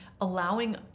allowing